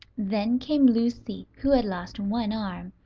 then came lucy, who had lost one arm,